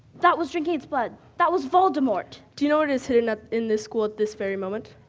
that was drinking its blood, that was voldemort? do you know what is hidden in this school at this very moment?